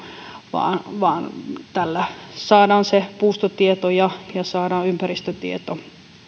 vaan vaan tällä saadaan se puustotieto ja ympäristötieto